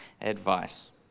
advice